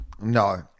No